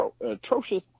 atrocious